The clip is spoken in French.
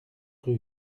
rue